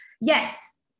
Yes